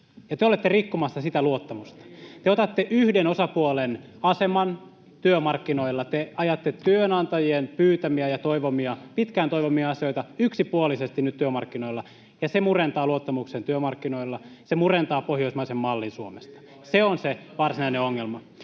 ja te olette rikkomassa sitä luottamusta. Te otatte yhden osapuolen aseman työmarkkinoilla. Te ajatte työnantajien pyytämiä ja pitkään toivomia asioita yksipuolisesti nyt työmarkkinoilla, ja se murentaa luottamuksen työmarkkinoilla, se murentaa pohjoismaisen mallin Suomesta. Se on se varsinainen ongelma.